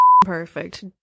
Perfect